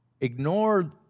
ignore